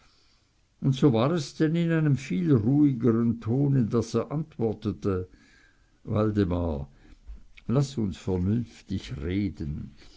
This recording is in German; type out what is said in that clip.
und so war es denn in einem viel ruhigeren tone daß er antwortete waldemar laß uns vernünftig reden